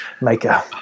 maker